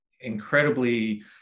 incredibly